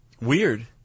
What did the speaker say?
Weird